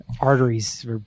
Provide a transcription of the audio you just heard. Arteries